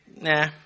nah